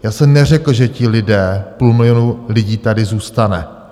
Já jsem neřekl, že ti lidé půl milionu lidí tady zůstane.